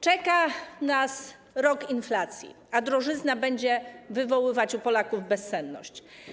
Czeka nas rok inflacji, a drożyzna będzie wywoływać u Polaków bezsenność.